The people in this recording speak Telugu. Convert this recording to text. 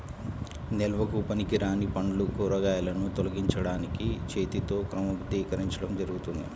నిల్వకు పనికిరాని పండ్లు, కూరగాయలను తొలగించడానికి చేతితో క్రమబద్ధీకరించడం జరుగుతుంది